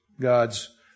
gods